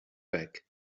back